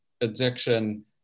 addiction